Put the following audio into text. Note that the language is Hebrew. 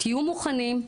תהיו מוכנים,